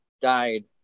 died